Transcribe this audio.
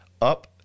up